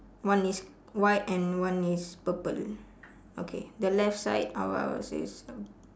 one is white and one is purple okay the left side I will I will say is um